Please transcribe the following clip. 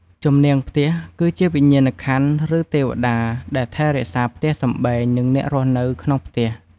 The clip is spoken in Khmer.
ជំនាងផ្ទះគឺជាវិញ្ញាណក្ខន្ធឬទេវតាដែលថែរក្សាផ្ទះសម្បែងនិងអ្នករស់នៅក្នុងផ្ទះ។